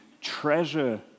treasure